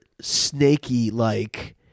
snaky-like